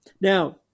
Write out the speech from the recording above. now